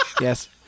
yes